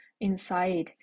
inside